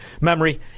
memory